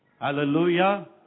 Hallelujah